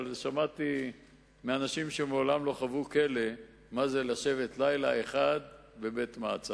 אבל שמעתי מאנשים שמעולם לא חוו כלא מה זה לשבת לילה אחד בבית-מעצר,